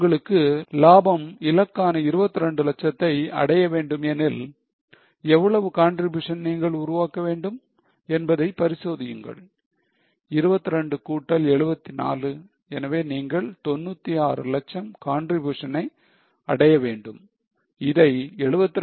உங்களுக்கு லாபம் இலக்கான 22 லட்சத்தை அடைய வேண்டும் எனில் எவ்வளவு contribution நீங்கள் உருவாக்க வேண்டும் என்பதை பரிசோதியுங்கள் 22 கூட்டல் 74 எனவே நீங்கள் 96 லட்சம் contribution னை அடைய வேண்டும் இதை 72